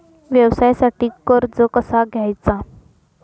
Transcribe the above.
व्यवसायासाठी कर्ज कसा घ्यायचा?